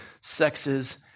sexes